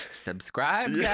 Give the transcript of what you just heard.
subscribe